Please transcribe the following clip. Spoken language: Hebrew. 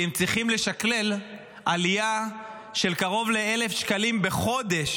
כי הם צריכים לשקלל עלייה של קרוב ל-1,000 שקלים בחודש,